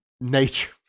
Nature